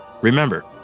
Remember